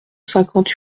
cinquante